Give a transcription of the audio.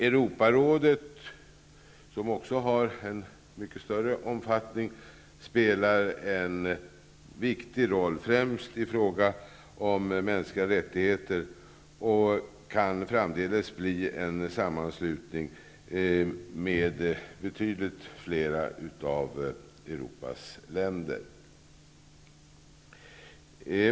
Europarådet, som har en mycket större omfattning, spelar också en viktig roll, främst i fråga om mänskliga rättigheter, och kan framdeles bli en sammanslutning för betydligt fler av Europas länder.